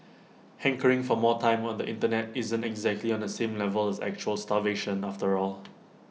hankering for more time on the Internet isn't exactly on the same level as actual starvation after all